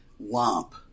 Lump